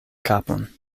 kapon